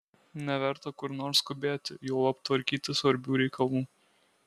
neverta kur nors skubėti juolab tvarkyti svarbių reikalų